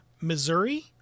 Missouri